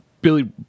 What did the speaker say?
Billy